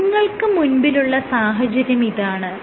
നിങ്ങൾക്ക് മുൻപിലുള്ള സാഹചര്യമിതാണ്